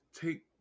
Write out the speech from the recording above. take